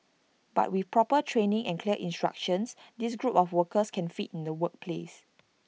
but with proper training and clear instructions this group of workers can fit in the workplace